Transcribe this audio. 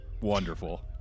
wonderful